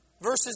versus